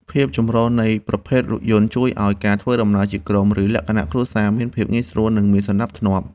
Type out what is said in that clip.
ភាពចម្រុះនៃប្រភេទរថយន្តជួយឱ្យការធ្វើដំណើរជាក្រុម ឬលក្ខណៈគ្រួសារមានភាពងាយស្រួល និងមានសណ្ដាប់ធ្នាប់។